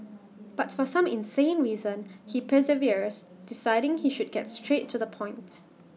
but for some insane reason he perseveres deciding he should get straight to the points